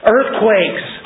Earthquakes